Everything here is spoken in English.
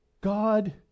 God